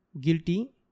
guilty